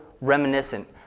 reminiscent